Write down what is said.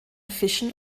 fischen